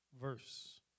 verse